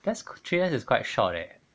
three years is quite short eh